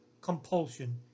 compulsion